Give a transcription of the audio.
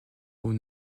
aux